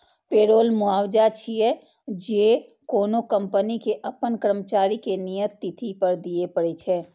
payroll मुआवजा छियै, जे कोनो कंपनी कें अपन कर्मचारी कें नियत तिथि पर दियै पड़ै छै